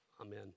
Amen